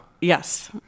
Yes